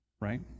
right